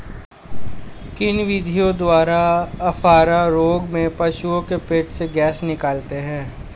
किन विधियों द्वारा अफारा रोग में पशुओं के पेट से गैस निकालते हैं?